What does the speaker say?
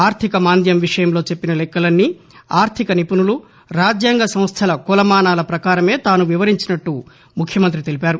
ఆర్థికమాంద్యం విషయంలో చెప్పిన లెక్కలన్నీ ఆర్థిక నిపుణులు రాజ్యాంగ సంస్థల కొలమానాల పకారమే తాను వివరించినట్లు ముఖ్యమంతి తెలిపారు